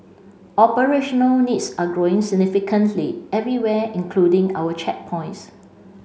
operational needs are growing significantly everywhere including our checkpoints